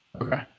okay